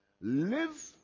Live